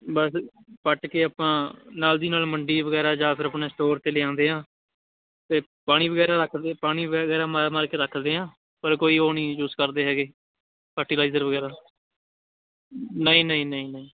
ਬਸ ਪੱਟ ਕੇ ਆਪਾਂ ਨਾਲ ਦੀ ਨਾਲ ਮੰਡੀ ਵਗੈਰਾ ਜਾਂ ਫਿਰ ਆਪਣੇ ਸਟੋਰ 'ਤੇ ਲਿਆਉਂਦੇ ਹਾਂ ਅਤੇ ਪਾਣੀ ਵਗੈਰਾ ਰੱਖਦੇ ਪਾਣੀ ਵਗੈਰਾ ਮਾਰ ਮਾਰ ਕੇ ਰੱਖਦੇ ਹਾਂ ਪਰ ਕੋਈ ਉਹ ਨਹੀਂ ਯੂਸ ਕਰਦੇ ਹੈਗੇ ਫਰਟੀਲਾਈਜ਼ਰ ਵਗੈਰਾ ਨਹੀਂ ਨਹੀਂ ਨਹੀਂ ਨਹੀਂ